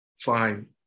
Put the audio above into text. fine